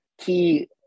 key